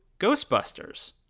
Ghostbusters